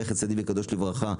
זכר צדיק וקדוש לברכה,